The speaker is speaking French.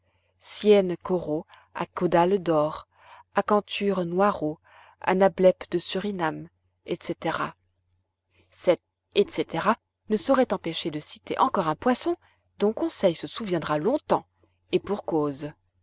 sciènes coro à caudales d'or acanthures noirauds anableps de surinam etc cet et coetera ne saurait empêcher de citer encore un poisson dont conseil se souviendra longtemps et pour cause